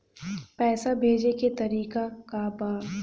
पैसा भेजे के तरीका का बा?